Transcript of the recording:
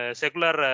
secular